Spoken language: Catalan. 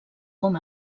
com